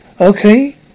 Okay